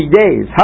days